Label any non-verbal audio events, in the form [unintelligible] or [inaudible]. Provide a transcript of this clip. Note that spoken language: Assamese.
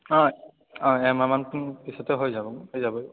অঁ অঁ এমাহমান [unintelligible] পিছতে হৈ যাব হৈ যাবই